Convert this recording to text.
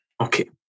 Okay